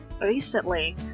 recently